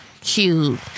cute